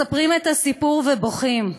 מספרים את הסיפור ובוכים.